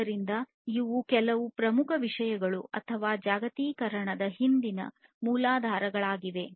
ಆದ್ದರಿಂದ ಇವು ಕೆಲವು ಪ್ರಮುಖ ವಿಷಯಗಳು ಅಥವಾ ಜಾಗತೀಕರಣದ ಹಿಂದಿನ ಮೂಲಾಧಾರಗಳಾಗಿವೆ